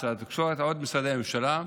משרד התקשורת ועוד משרדי ממשלה,